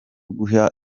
guha